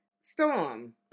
Storm